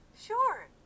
sure